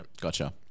Gotcha